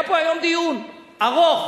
היה פה היום דיון ארוך